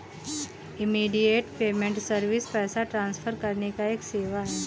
immediate payment service पैसा transfer करने का एक सेवा है